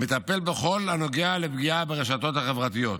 מטפל בכל הנוגע לפגיעה ברשתות החברתיות.